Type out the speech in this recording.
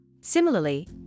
Similarly